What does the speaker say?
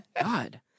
God